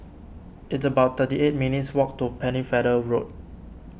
it's about thirty eight minutes' walk to Pennefather Road